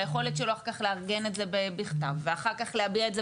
והיכולת שלו אחר כך לארגן את זה בכתב ואחר כך להביע את זה